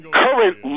current